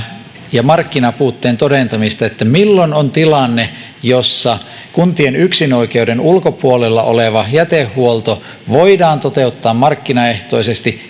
ja markkinapuutteen todentamista milloin on tilanne jossa kuntien yksinoikeuden ulkopuolella oleva jätehuolto voidaan toteuttaa markkinaehtoisesti